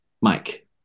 Mike